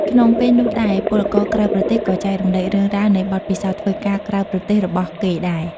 ក្នុងពេលនោះដែរ ពលករក្រៅប្រទេសក៏ចែករំលែករឿងរ៉ាវនៃបទពិសោធន៍ធ្វើការក្រៅប្រទេសរបស់គេដែរ។